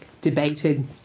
debated